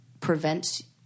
prevents